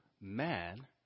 Man